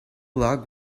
log